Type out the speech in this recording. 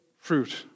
fruit